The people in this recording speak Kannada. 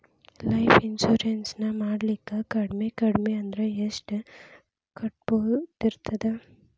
ಲೈಫ್ ಇನ್ಸುರೆನ್ಸ್ ನ ಮಾಡ್ಲಿಕ್ಕೆ ಕಡ್ಮಿ ಕಡ್ಮಿ ಅಂದ್ರ ಎಷ್ಟ್ ಕಟ್ಟೊದಿರ್ತದ?